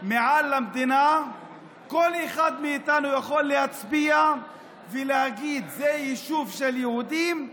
מעל המדינה כל אחד מאיתנו יכול להצביע ולהגיד: זה יישוב של יהודים,